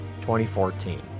2014